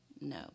no